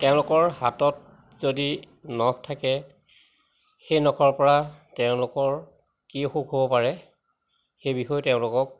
তেওঁলোকৰ হাতত যদি নখ থাকে সেই নখৰপৰা তেওঁলোকৰ কি অসুখ হ'ব পাৰে সেই বিষয়ে তেওঁলোকক